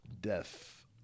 Death